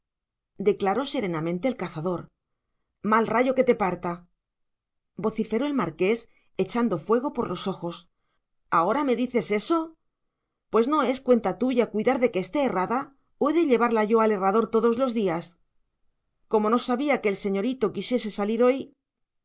ferradura siquiera declaró serenamente el cazador mal rayo que te parta vociferó el marqués echando fuego por los ojos ahora me dices eso pues no es cuenta tuya cuidar de que esté herrada o he de llevarla yo al herrador todos los días como no sabía que el señorito quisiese salir hoy